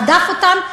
רדף אותם,